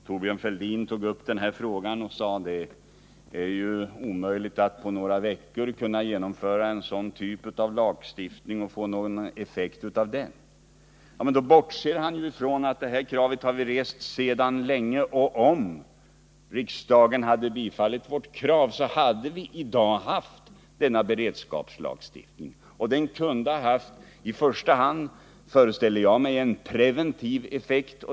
Thorbjörn Fälldin tog upp den här frågan och sade att det är omöjligt att på några veckor genomföra en sådan typ av lagstiftning och få någon effekt av den. Men då bortser han från att vi har rest det här kravet sedan länge — och om riksdagen hade bifallit vårt krav hade vi i dag haft denna beredskapslagstiftning. Jag föreställer mig att den i första hand kunde ha haft en preventiv effekt.